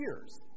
years